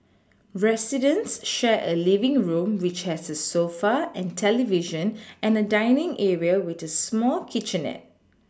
residents share a living room which has a sofa and television and a dining area with a small kitchenette